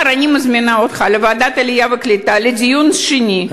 אני מזמינה אותך לבוא מחר לוועדת העלייה והקליטה לדיון שני,